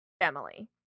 Emily